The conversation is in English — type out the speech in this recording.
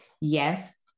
Yes